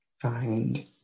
find